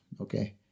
okay